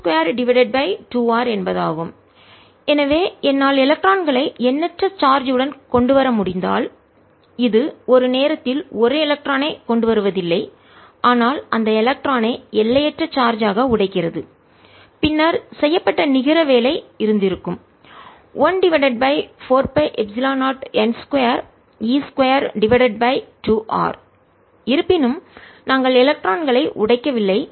Total work donen0N 114π0ne2R14π0N2R V dq14π00QqRdq14π0Q22R எனவேஎன்னால் எலக்ட்ரான்களை எண்ணற்ற சார்ஜ் உடன் கொண்டு வர முடிந்தால் இது ஒரு நேரத்தில் 1 எலக்ட்ரானைக் கொண்டுவருவதில்லை ஆனால் அந்த எலக்ட்ரானை எல்லையற்ற சார்ஜ் ஆக உடைக்கிறது பின்னர் செய்யப்பட்ட நிகர வேலை இருந்திருக்கும் 1 divided by 4 pi epsilon 0 n 2 e 2 divided by 2R இருப்பினும் நாங்கள் எலக்ட்ரான்களை உடைக்கவில்லை